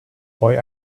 boy